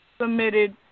submitted